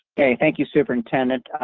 okay, thank you, superintendent.